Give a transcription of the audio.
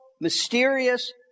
mysterious